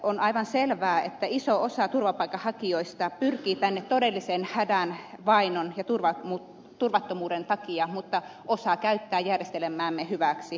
on aivan selvää että iso osa turvapaikanhakijoista pyrkii tänne todellisen hädän vainon ja turvattomuuden takia mutta osa käyttää järjestelmäämme hyväksi